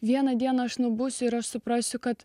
vieną dieną aš nubusiu ir aš suprasiu kad